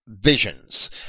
visions